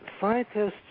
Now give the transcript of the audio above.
scientists